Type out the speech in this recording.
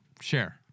share